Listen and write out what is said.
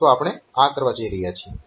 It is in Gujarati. તો આપણે આ કરવા જઈ રહ્યા છીએ